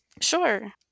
Sure